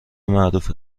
معروف